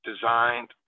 designed